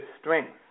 strength